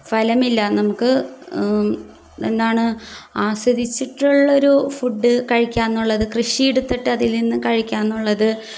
ഫലമില്ല നമുക്ക് എന്താണ് ആസ്വദിച്ചിട്ടുള്ളൊരു ഫുഡ് കഴിക്കാമെന്നുള്ളത് കൃഷിയെടുത്തിട്ട് അതിൽ നിന്ന് കഴിക്കാമെന്നുള്ളത്